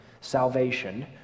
salvation